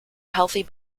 healthy